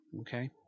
Okay